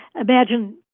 imagine